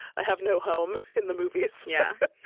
i have no home in the movies yeah,